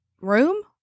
room